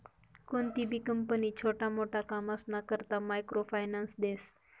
कोणतीबी कंपनी छोटा मोटा कामसना करता मायक्रो फायनान्स देस